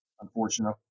unfortunately